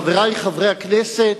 חברי חברי הכנסת,